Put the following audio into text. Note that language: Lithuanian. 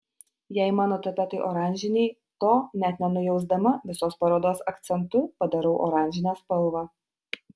jei mano tapetai oranžiniai to net nenujausdama visos parodos akcentu padarau oranžinę spalvą